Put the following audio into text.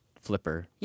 flipper